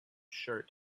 shirt